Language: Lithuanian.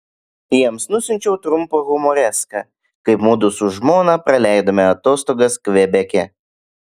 jiems nusiunčiau trumpą humoreską kaip mudu su žmona praleidome atostogas kvebeke